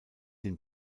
den